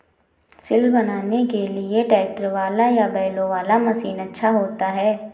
सिल बनाने के लिए ट्रैक्टर वाला या बैलों वाला मशीन अच्छा होता है?